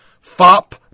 Fop